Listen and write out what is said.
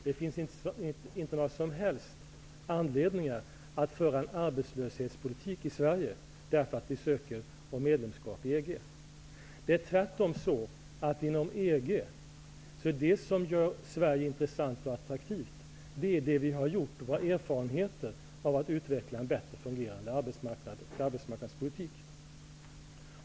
Det finns inte några som helst anledningar att föra en arbetslöshetspolitik i Sverige, därför att vi ansöker om medlemskap i EG. Inom EG är det tvärtom så, att Sverige uppfattas som intressant och attraktivt beroende på våra tidigare erfarenheter av att utveckla en bättre fungerande arbetsmarknadspolitik.